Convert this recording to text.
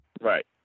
Right